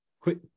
Quick